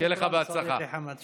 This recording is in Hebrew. שוכרן, יא חמד.